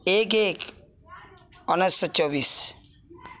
ଏକ ଏକ ଉଣେଇଶ ଚବିଶ